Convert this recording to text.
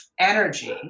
energy